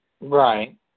Right